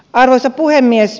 arvoisa puhemies